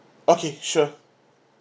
okay sure